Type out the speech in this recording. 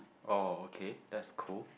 oh okay that's cool